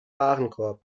warenkorb